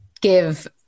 give